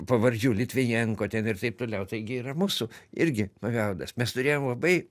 pavardžių litvinenko ten ir taip toliau taigi yra mūsų irgi paveldas mes turėjom labai